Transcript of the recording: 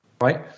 right